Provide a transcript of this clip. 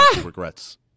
regrets